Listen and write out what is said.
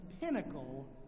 pinnacle